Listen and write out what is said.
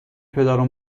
پدرو